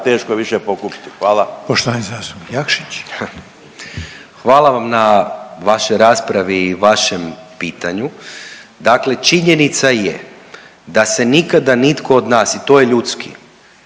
zastupnik Jakšić. **Jakšić, Mišel (SDP)** Hvala vam na vašoj raspravi i vašem pitanju. Dakle, činjenica je da se nikada nitko od nas i to je ljudski,